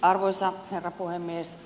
arvoisa herra puhemies